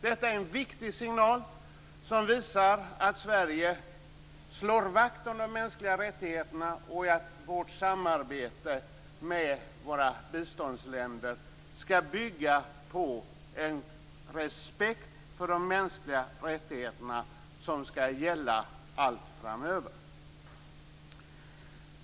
Detta är en viktig signal, som visar att Sverige slår vakt om de mänskliga rättigheterna och att vårt samarbete med våra biståndsländer skall bygga på en respekt för de mänskliga rättigheterna som skall gälla framöver.